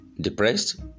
depressed